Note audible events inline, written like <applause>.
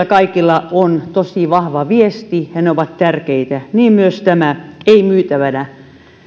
<unintelligible> kaikilla kansalaisaloitteilla on tosi vahva viesti ja ne ovat tärkeitä niin myös tämä ei myytävänä